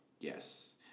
yes